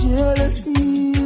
Jealousy